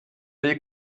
will